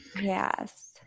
Yes